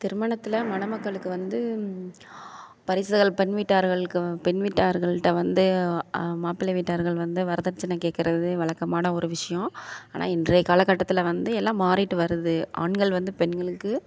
திருமணத்தில் மணமக்களுக்கு வந்து பரிசுகள் பெண் வீட்டார்களுக்கு பெண் வீட்டார்கள்கிட்ட வந்து மாப்பிள்ளை வீட்டார்கள் வந்து வரதட்சணை கேட்குறது வழக்கமான ஒரு விஷயம் ஆனால் இன்றைய காலக்கட்டத்தில் வந்து எல்லாம் மாறிகிட்டு வருது ஆண்கள் வந்து பெண்களுக்கு